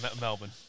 Melbourne